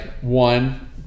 one